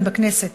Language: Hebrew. כאן בכנסת,